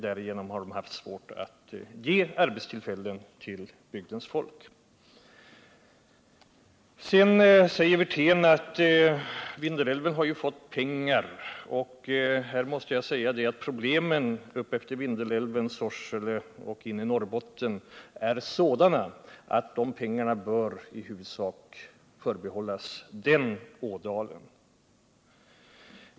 Därigenom har det varit svårt att bereda arbetstillfällen åt bygdens folk. Rolf Wirtén påpekar att Vindelälvsområdet har fått pengar. Till det måste jag säga att problemen utefter Vindeln, i Sorsele och i Arjeplog är sådana att de pengarna i huvudsak bör förbehållas den ådalen.